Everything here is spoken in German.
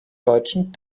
deutschen